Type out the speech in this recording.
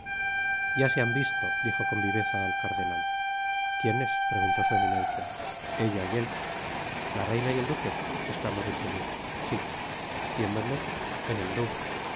ya se han visto dijo con viveza al cardenal quienes preguntó su eminencia ella y él la reina y el duque esclamó richelieu sí y en donde en el louvre